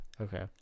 Okay